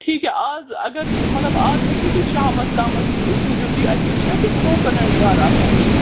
ٹھیٖک اَز اگر مطلب اَز ہیٚکوٕ تُہۍ شامَس تامَتھ سوٗزِو تُہۍ اَسہِ تِم چھِنا تِم کوکونَٹ دار آسان بیٚیہِ